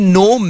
no